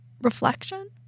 reflection